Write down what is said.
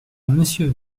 monsieur